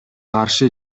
каршы